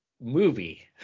movie